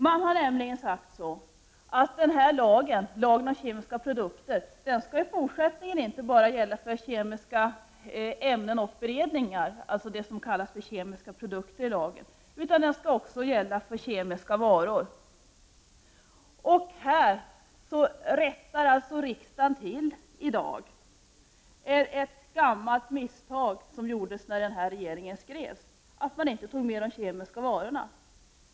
Man har nämligen sagt att lagen om kemiska produkter i fortsättningen inte bara skall gälla för kemiska ämnen och beredningar, alltså det som kallas för kemiska produkter i lagen, utan den skall också gälla för kemiska varor. Här rättar alltså riksdagen i dag till ett gammalt misstag som gjordes då lagen skrevs, nämligen att man inte tog med kemiska varor.